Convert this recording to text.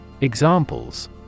Examples